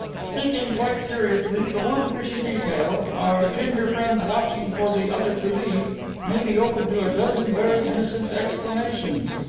speaking quite seriously, the one fishy detail our ginger friend's watching for the other to leave may be open to a dozen very innocent explanations.